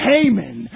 Haman